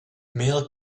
mail